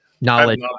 knowledge